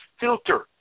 filter